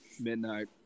midnight